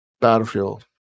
Battlefield